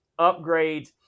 upgrades